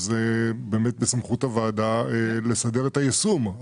בסמכות הוועדה לסדר את היישום.